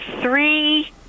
three